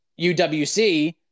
UWC –